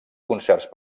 concerts